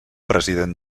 president